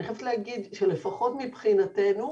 לפחות מבחינתנו,